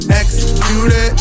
execute